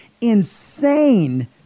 insane